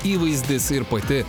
įvaizdis ir pati